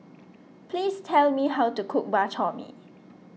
please tell me how to cook Bak Chor Mee